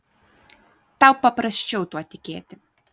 tau paprasčiau tuo tikėti